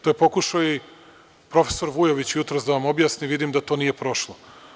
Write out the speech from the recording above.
To je pokušao i profesor Vujović jutros da vam objasni, vidim da to nije prošlo.